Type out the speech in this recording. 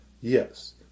yes